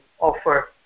offer